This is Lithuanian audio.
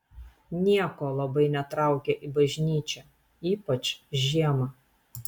nieko labai netraukia į bažnyčią ypač žiemą